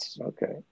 okay